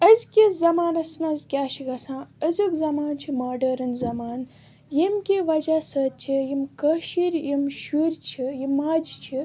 أزکِس زمانَس منٛز کیاہ چھُ گژھان أزیُک زمانہٕ چھُ ماڈٲرٕنۍ زمانہٕ ییٚمہِ کہِ وَجہ سۭتۍ چھِ یِم کٲشِر یِم شُرۍ چھِ یِم ماجہِ چھِ